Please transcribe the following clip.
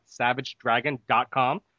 SavageDragon.com